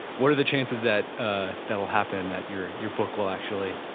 what are the chances that ah that will happen that your your book will actually,